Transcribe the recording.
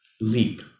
leap